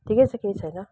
ठिकै छ केही छैन